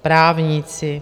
Právníci?